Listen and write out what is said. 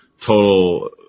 total